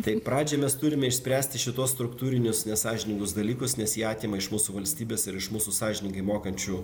tai pradžioj mes turime išspręsti šituos struktūrinius nesąžiningus dalykus nes jie atima iš mūsų valstybės ir iš mūsų sąžiningai mokančių